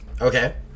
Okay